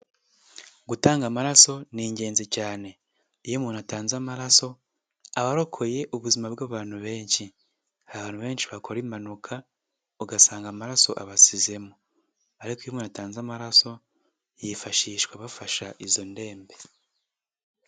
Gutanga amaraso ni ingenzi cyane. Iyo umuntu atanze amaraso abarokoye ubuzima bw'abantu benshi. Hari abantu benshi bakora impanuka, ugasanga amaraso abashizemo, ariko iyo umuntu atanze amaraso yifashishwa bafasha izo ndembe.